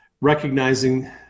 recognizing